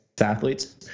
athletes